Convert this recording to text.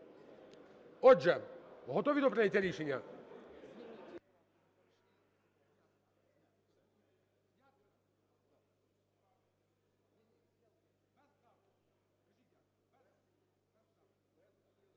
Отже, готові до прийняття рішення?